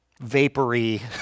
vapory